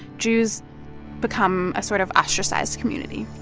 jews become a sort of ostracized community.